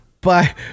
Bye